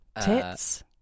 Tits